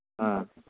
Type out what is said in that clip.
ꯑ